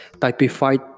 typified